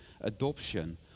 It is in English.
adoption